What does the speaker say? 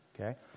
Okay